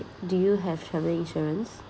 do you have travel insurance